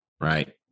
right